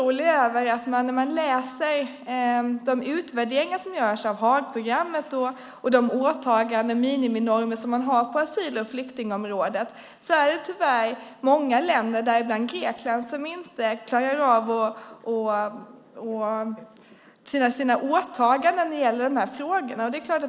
Men jag blir orolig när jag läser om de utvärderingar som görs av Haagprogrammet och de åtaganden och miniminormer man har på asyl och flyktingområdet. Tyvärr är det många länder, däribland Grekland, som inte klarar av sina åtaganden i de här frågorna.